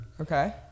Okay